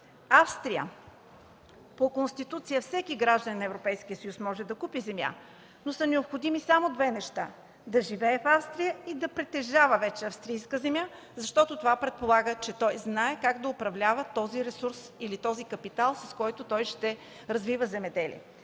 Австрия – по Конституция всеки гражданин на Европейския съюз може да купи земя, но са необходими само две неща: да живее в Австрия и да притежава вече австрийска земя, защото това предполага, че той знае как да управлява този ресурс или този капитал, с който ще развива земеделие.